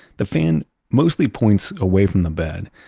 the fan mostly points away from the bed,